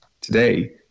Today